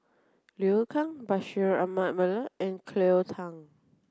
Liu Kang Bashir Ahmad Mallal and Cleo Thang